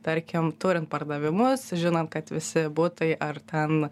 tarkim turint pardavimus žinant kad visi butai ar ten